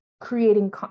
creating